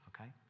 okay